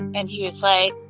and he was like,